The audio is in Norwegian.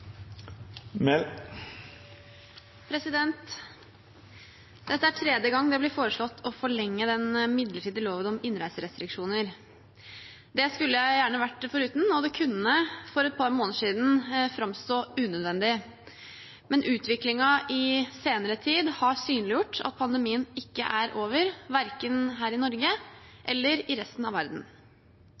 skulle jeg gjerne vært foruten, og det kunne for et par måneder siden framstå som unødvendig, men utviklingen i senere tid har synliggjort at pandemien ikke er over, verken her i Norge eller i resten av verden.